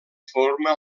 forma